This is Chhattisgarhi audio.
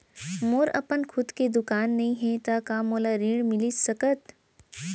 मोर अपन खुद के दुकान नई हे त का मोला ऋण मिलिस सकत?